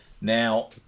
Now